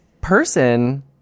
person